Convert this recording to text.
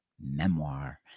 memoir